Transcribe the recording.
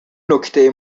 نکته